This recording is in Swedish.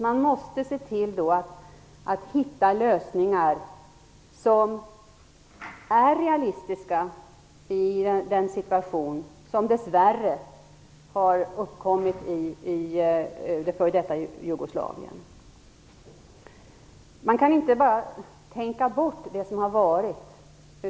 Man måste se till att hitta lösningar som är realistiska i den situation som dess värre har uppkommit i f.d. Jugoslavien. Man kan inte bara tänka bort det som har varit.